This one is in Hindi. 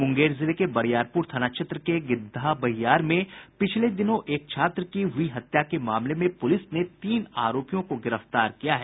मूंगेर जिले के बरियारपूर थाना क्षेत्र के गिद्धा बहियार में पिछले दिनों एक छात्र की हुई हत्या के मामले में पुलिस ने तीन आरोपियों को गिरफ्तार कर लिया है